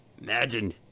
imagine